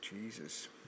Jesus